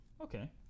Okay